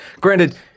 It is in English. Granted